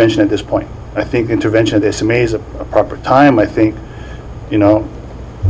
vision at this point i think intervention this amazing proper time i think you know